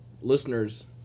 listeners